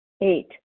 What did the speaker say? Eight